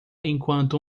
enquanto